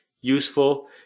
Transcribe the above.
useful